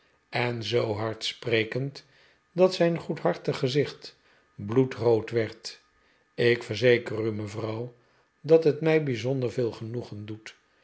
en zoo hard sprekend dat zijn goedhartig gezicht bloedrood werd ik verzeker u mevrouw r dat het mij bijzonder veel genoegen doet